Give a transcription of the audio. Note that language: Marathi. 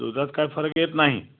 दुधात काय फरक येत नाही